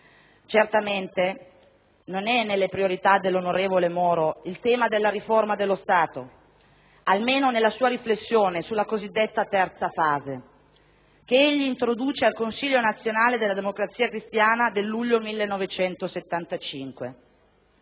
Certamente non è nelle priorità dell'onorevole Moro il tema della riforma dello Stato, almeno nella sua riflessione sulla cosiddetta terza fase, che egli introduce al Consiglio nazionale della Democrazia cristiana del luglio 1975.